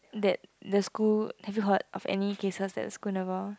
that the school have you heard of any cases that school involve